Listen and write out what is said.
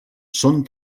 són